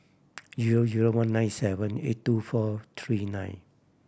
zero zero one nine seven eight two four three nine